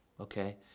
okay